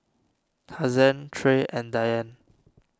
Hazen Trey and Diann